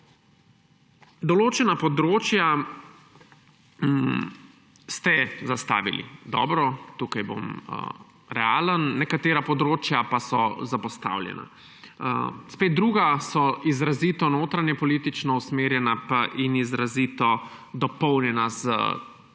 Določena področja ste zastavili dobro. Tukaj bom realen. Nekatera področja pa so zapostavljena. Spet druga so izrazito notranjepolitično usmerjena in izrazito dopolnjena z ideologijo